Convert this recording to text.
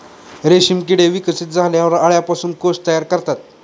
रेशीम किडे विकसित झाल्यावर अळ्यांपासून कोश तयार करतात